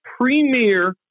premier